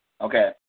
Okay